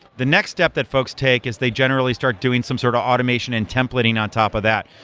the next step that folks take is they generally start doing some sort of automation and templating on top of that.